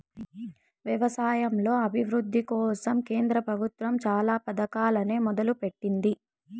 వ్యవసాయంలో అభివృద్ది కోసం కేంద్ర ప్రభుత్వం చానా పథకాలనే మొదలు పెట్టింది